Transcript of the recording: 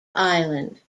island